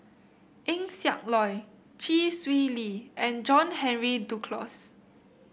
Eng Siak Loy Chee Swee Lee and John Henry Duclos